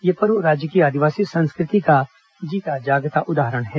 यह पर्व राज्य की आदिवासी संस्कृति का जीता जागता उदाहरण है